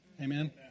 Amen